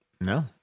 No